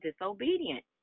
disobedient